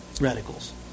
radicals